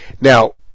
now